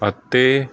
ਅਤੇ